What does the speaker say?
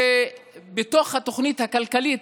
שבתוך התוכנית הכלכלית